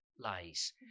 lies